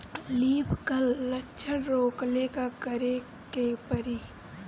Leaf curl लक्षण रोकेला का करे के परी?